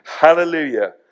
Hallelujah